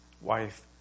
wife